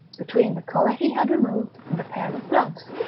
between the collar he had removed and a pair of gloves.